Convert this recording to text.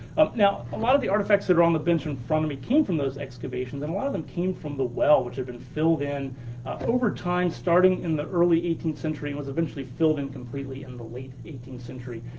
now, a lot of the artifacts that are on the bench in front of me came from those excavations, and a lot of them came from the well which had been filled in over time, starting in the early eighteenth century and was eventually filled in completely in the late eighteenth century.